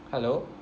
hello